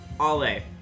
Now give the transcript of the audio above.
Ole